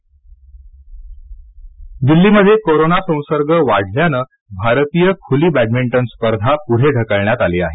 badminton दिल्लीमध्ये corona संसर्ग वाढल्यानं भारतीय खुली बॅडमिंटन स्पर्धा पुढे ढकलण्यात आली आहे